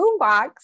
boombox